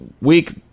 week